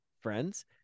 friends